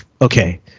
okay